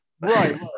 Right